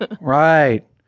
Right